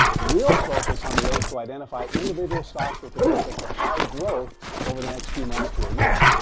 we'll focus on ways to identify individual stocks with potential for high growth over the next few months to a year.